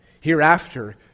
hereafter